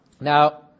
Now